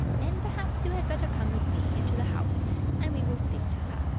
then perhaps you had better come with me into the house and we will speak to her.